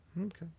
Okay